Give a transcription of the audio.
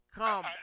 come